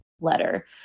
letter